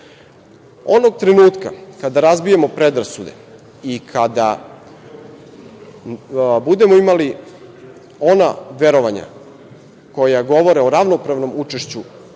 trenutka kada razbijemo predrasude i kada budemo imali ona verovanja koja govore o ravnopravnom učešću